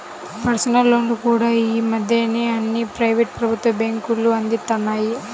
personal లోన్లు కూడా యీ మద్దెన అన్ని ప్రైవేటు, ప్రభుత్వ బ్యేంకులూ అందిత్తన్నాయి